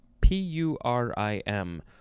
P-U-R-I-M